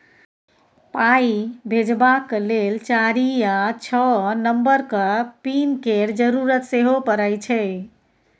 पाइ भेजबाक लेल चारि या छअ नंबरक पिन केर जरुरत सेहो परय छै